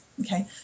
Okay